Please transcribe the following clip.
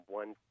one